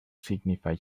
signified